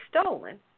stolen